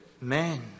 men